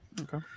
okay